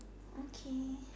okay